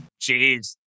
Jeez